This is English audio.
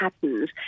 patterns